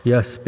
Yes